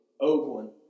Oakland